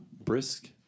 brisk